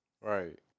right